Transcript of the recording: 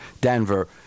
Denver